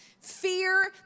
fear